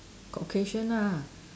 occasion lah